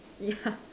yeah